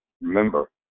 Remember